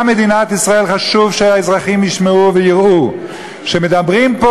גם במדינת ישראל חשוב שהאזרחים ישמעו ויראו שכשמדברים פה